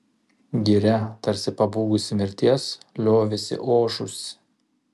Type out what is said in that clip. giria tarsi pabūgusi mirties liovėsi ošusi